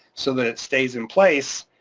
so that it stays in place,